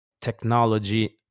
technology